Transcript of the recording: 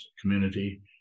community